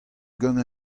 gant